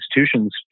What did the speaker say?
institutions